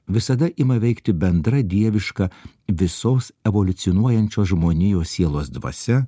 visada ima veikti bendra dieviška visos evoliucionuojančios žmonijos sielos dvasia